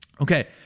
Okay